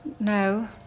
No